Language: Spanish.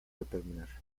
determinar